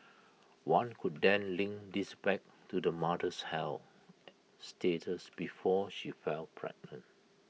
one could then link this back to the mother's health status before she fell pregnant